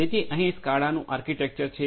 તેથી અહીં સ્કાડાનું આર્કિટેક્ચર છે